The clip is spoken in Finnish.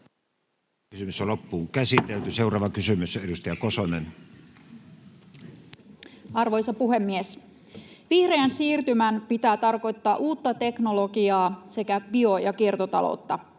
näissä oloissa. Seuraava kysymys, edustaja Kosonen. Arvoisa puhemies! Vihreän siirtymän pitää tarkoittaa uutta teknologiaa sekä bio‑ ja kiertotaloutta.